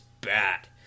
bad